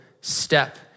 step